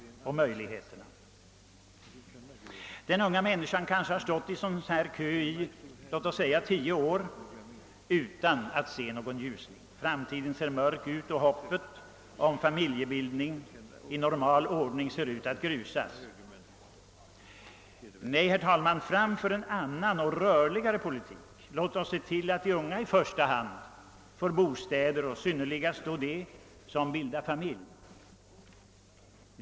Den unga människan kan ha stått i sådan här kö i tio år utan att se någon ljusning. Framtiden ser mörk ut, och hoppet om familjebildning i normal ordning ser ut att grusas. Nej, herr talman, fram för en annan och rörligare politik, låt oss se till att i första hand de unga får bostäder, i synnerhet de som skall bilda familj.